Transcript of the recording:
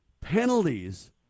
penalties